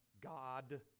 God